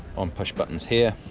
on push buttons here,